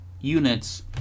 units